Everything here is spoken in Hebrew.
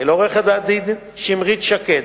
ולעורכת-דין שמרית שקד,